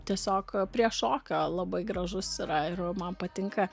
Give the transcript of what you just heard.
tiesiog prie šokio labai gražus yra ir man patinka